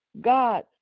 God